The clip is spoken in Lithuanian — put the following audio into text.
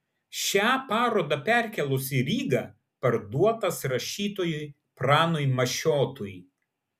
šią parodą perkėlus į rygą parduotas rašytojui pranui mašiotui